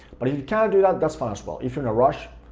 but if you can't do that, that's fine as well. if you're in a rush,